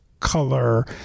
Color